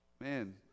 man